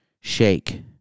shake